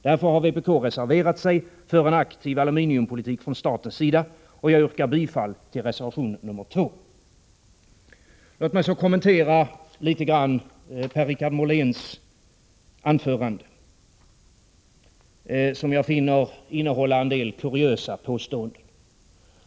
Därför har vpk reserverat sig för en aktiv aluminiumpolitik från statens sida, och jag yrkar bifall till reservation 2. Låt mig litet kommentera Per-Richard Moléns anförande, som jag finner innehålla en del kuriösa påståenden.